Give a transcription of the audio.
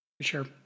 Sure